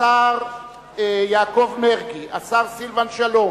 השר יעקב מרגי, השר סילבן שלום,